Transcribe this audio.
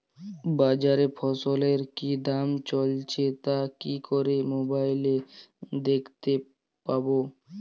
বাজারে ফসলের কি দাম চলছে তা কি করে মোবাইলে দেখতে পাবো?